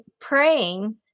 praying